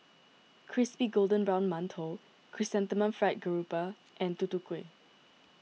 Crispy Golden Brown Mantou Chrysanthemum Fried Garoupa and Tutu Kueh